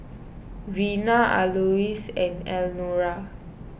Rena Alois and Elnora